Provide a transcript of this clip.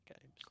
games